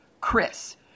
Chris